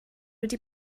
wedi